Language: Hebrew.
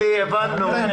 הבנו.